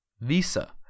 Visa